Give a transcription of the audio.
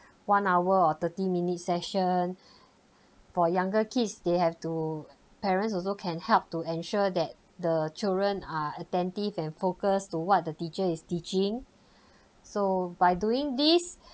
one hour or thirty minute session for younger kids they have to parents also can help to ensure that the children are attentive and focus to what the teacher is teaching so by doing this